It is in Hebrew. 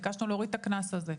ביקשנו להוריד את הקנס הזה.